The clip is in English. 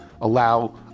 allow